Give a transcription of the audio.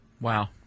Wow